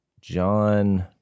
John